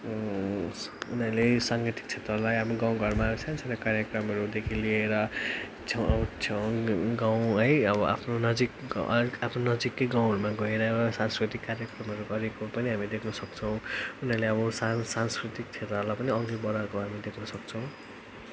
उनीहरूले साङ्गीतिक क्षेत्रलाई अब गाउँघरमा सानो सानो कार्यक्रमहरूदेखि लिएर छेउ छेउ गाउँ है अब आफ्नो नजिक आफ्नो नजिकै गाउँहरूमा गएर सांस्कृतिक कार्यक्रमहरू गरेको पनि हामीले देख्नसक्छौँ उनीहरूले अब सांस सांस्कृतिक क्षेत्रलाई पनि अघि बढाएको हामी देख्नसक्छौँ